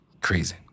Crazy